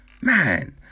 man